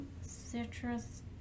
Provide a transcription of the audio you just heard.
Citrus